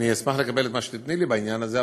אני אשמח לקבל את מה שתיתני לי בעניין הזה,